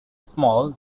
small